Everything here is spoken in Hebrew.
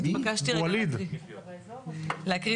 התבקשתי להקריא